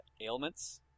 ailments